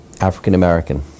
African-American